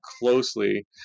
closely